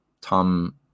Tom